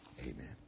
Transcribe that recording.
Amen